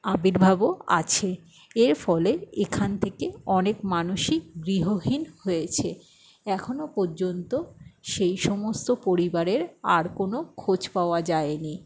আবির্ভাবও আছে এর ফলে এখান থেকে অনেক মানুষই গৃহহীন হয়েছে এখনো পর্যন্ত সেই সমস্ত পরিবারের আর কোনো খোঁজ পাওয়া যায় নি